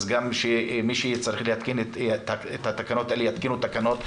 אז גם מי שצריך להתקין את התקנות האלה יתקינו תקנות.